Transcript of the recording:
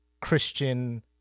Christian